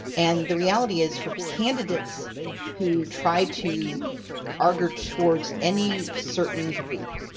and the reality is for candidates who try to argot towards any certain group,